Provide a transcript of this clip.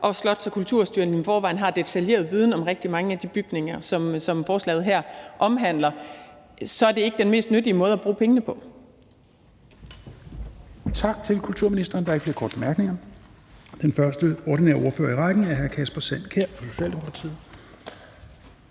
og Slots- og Kulturstyrelsen i forvejen har detaljeret viden om rigtig mange af de bygninger, som forslaget her omhandler, så er det ikke den mest nyttige måde at bruge pengene på.